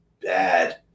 bad